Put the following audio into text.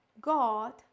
God